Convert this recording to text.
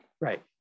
Right